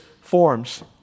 forms